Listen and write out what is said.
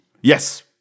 Yes